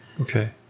Okay